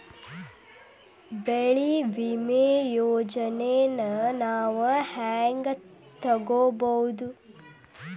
ಬೆಳಿ ವಿಮೆ ಯೋಜನೆನ ನಾವ್ ಹೆಂಗ್ ತೊಗೊಬೋದ್?